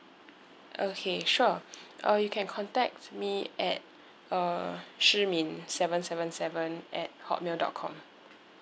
okay sure uh you can contact me at uh shi min seven seven seven at hotmail dot com